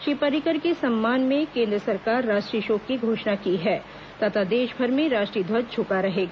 श्री पर्रिकर के सम्मान में केन्द्र सरकार राष्ट्रीय शोक की घोषणा की है तथा देशभर में राष्ट्रीय ध्वज झूका रहेगा